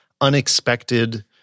unexpected